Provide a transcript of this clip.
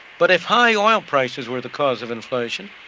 but if high oil prices were the cause of inflation,